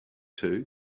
two